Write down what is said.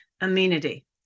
amenity